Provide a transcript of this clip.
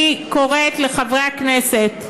אני קוראת לחברי הכנסת,